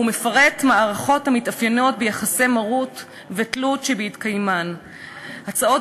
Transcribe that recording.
ומפרט מערכות המתאפיינות ביחסי מרות ותלות שבהתקיימם ייחשבו הצעות